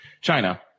China